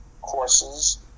courses